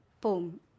boom